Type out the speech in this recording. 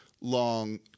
long